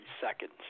seconds